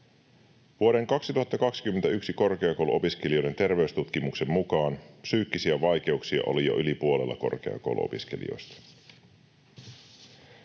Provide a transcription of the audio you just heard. Vuoden 2021 korkeakouluopiskelijoiden terveystutkimuksen mukaan psyykkisiä vaikeuksia oli jo yli puolella korkeakouluopiskelijoista.